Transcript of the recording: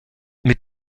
mit